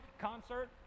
Concert